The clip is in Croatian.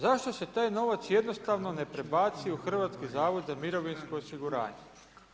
Zašto se taj novac jednostavno ne prebaci u Hrvatski zavod za mirovinsko osiguranje?